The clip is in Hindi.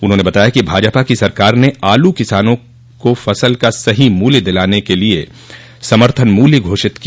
उन्होंने कहा कि भाजपा की सरकार ने आलू किसानों को फसल का सही मूल्य दिलाने के लिए समर्थन मूल्य घोषित किया